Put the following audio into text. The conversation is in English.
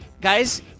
guys